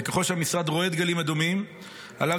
וככל שהמשרד רואה דגלים אדומים עליו